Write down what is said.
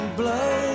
blow